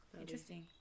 Interesting